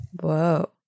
Whoa